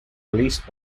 released